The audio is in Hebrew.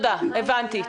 הבנתי.